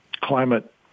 climate